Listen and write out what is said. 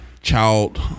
child